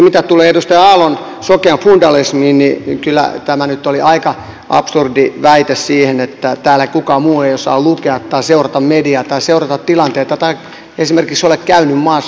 mitä tulee edustaja aallon mainitsemaan sokeaan fundamentalismiin niin kyllä tämä nyt oli aika absurdi väite että täällä kukaan muu ei osaa lukea tai seurata mediaa tai seurata tilanteita tai esimerkiksi ole käynyt maassa